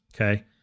Okay